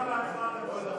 תשובה והצבעה במועד אחר.